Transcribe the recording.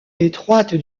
étroite